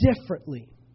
differently